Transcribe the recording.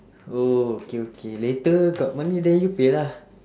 oh okay okay later got money then you pay lah